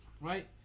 Right